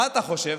מה אתה חושב?